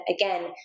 again